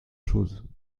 chose